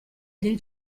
del